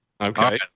Okay